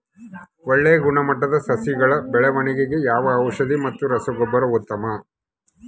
ಒಳ್ಳೆ ಗುಣಮಟ್ಟದ ಸಸಿಗಳ ಬೆಳವಣೆಗೆಗೆ ಯಾವ ಔಷಧಿ ಮತ್ತು ರಸಗೊಬ್ಬರ ಉತ್ತಮ?